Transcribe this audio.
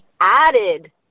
added